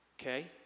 Okay